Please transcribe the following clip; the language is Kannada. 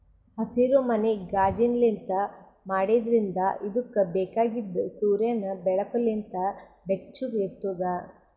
ಹಸಿರುಮನಿ ಕಾಜಿನ್ಲಿಂತ್ ಮಾಡಿದ್ರಿಂದ್ ಇದುಕ್ ಬೇಕಾಗಿದ್ ಸೂರ್ಯನ್ ಬೆಳಕು ಲಿಂತ್ ಬೆಚ್ಚುಗ್ ಇರ್ತುದ್